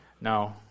No